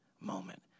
moment